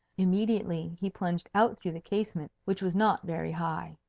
immediately he plunged out through the casement, which was not very high.